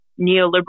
neoliberal